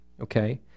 okay